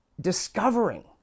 discovering